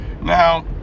now